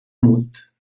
mut